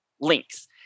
links